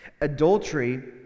Adultery